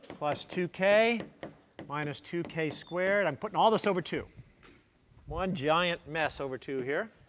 plus two k minus two k squared. i'm putting all this over two one giant mess over two here